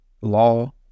law